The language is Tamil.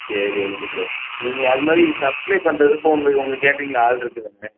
சரி ஓகே ப்ரோ நீங்கள் அது மாதிரி சப்ளை பண்ணுறதுக்கும் உங்கள் உங்கள் கேட்ரிங்கில் ஆள் இருக்குதாங்க